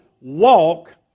walk